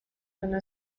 una